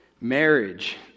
Marriage